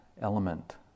element